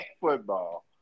football